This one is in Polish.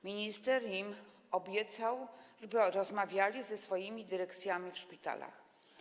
Minister im obiecał, rozmawiali ze swoimi dyrekcjami w szpitalach.